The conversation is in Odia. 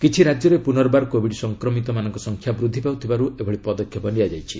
କିଛି ରାଜ୍ୟରେ ପୁନର୍ବାର କୋବିଡ ସଂକ୍ରମିତମାନଙ୍କ ସଂଖ୍ୟା ବୃଦ୍ଧି ପାଇଥିବାରୁ ଏଭଳି ପଦକ୍ଷେପ ନିଆଯାଇଛି